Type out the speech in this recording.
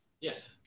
yes